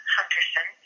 Hunterson